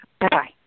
Bye-bye